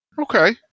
Okay